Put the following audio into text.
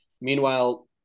Meanwhile